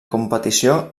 competició